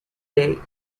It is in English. day